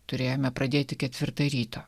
turėjome pradėti ketvirtą ryto